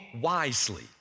wisely